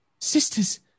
sisters